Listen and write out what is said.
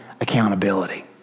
accountability